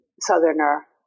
southerner